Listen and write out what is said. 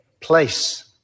place